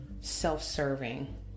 self-serving